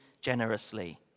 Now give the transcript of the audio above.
generously